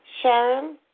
Sharon